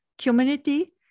community